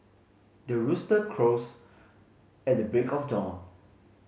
the rooster crows at the break of dawn